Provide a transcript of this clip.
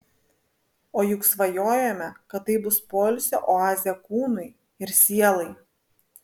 o juk svajojome kad tai bus poilsio oazė kūnui ir sielai